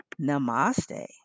Namaste